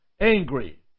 angry